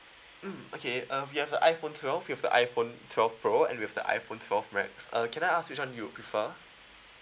mm okay um we have the iphone twelve we've the iphone twelve pro and we've the iphone twelve max err can I ask which one you prefer